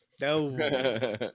No